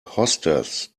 hostess